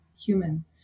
human